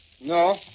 No